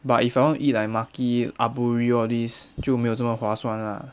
but if I want eat like maki aburi all these 就没有这么划算 lah